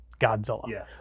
Godzilla